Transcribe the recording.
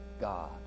God